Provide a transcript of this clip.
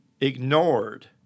ignored